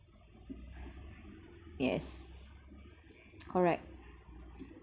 yes correct